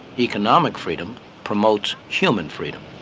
economic freedom promotes human freedom.